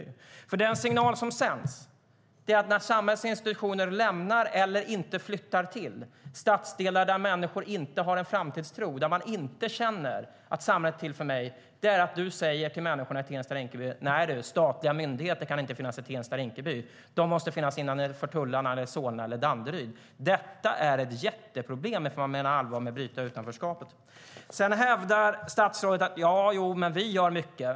Det som statsrådet säger, och den signal som hon sänder, till människorna i Tensta Rinkeby när samhällets institutioner lämnar eller inte flyttar till stadsdelar där människor inte har framtidstro, inte känner att samhället är till för dem, är: Nej, statliga myndigheter kan inte finnas i Tensta-Rinkeby. De måste finnas innanför tullarna, eller i Solna eller Danderyd. Det är ett jätteproblem, ifall regeringen menar allvar med att bryta utanförskapet. Statsrådet hävdar att regeringen gör mycket.